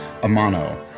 Amano